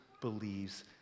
believes